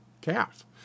calf